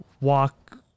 walk